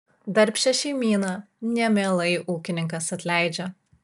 darbščią šeimyną nemielai ūkininkas atleidžia